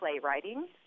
playwriting